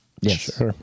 Yes